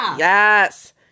Yes